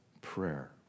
prayer